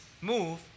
move